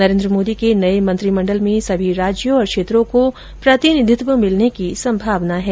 नरेन्द्र मोदी के नए मंत्रिमंडल में सभी राज्यों और क्षेत्रों को प्रतिनिधित्व मिलने की संभावना है